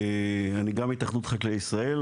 אני גם התאחדות חקלאי ישראל,